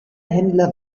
händler